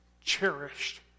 Cherished